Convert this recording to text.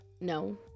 No